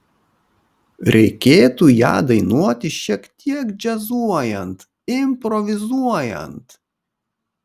reikėtų ją dainuoti šiek tiek džiazuojant improvizuojant